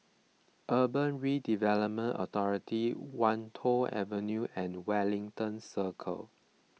Urban Redevelopment Authority Wan Tho Avenue and Wellington Circle